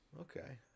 Okay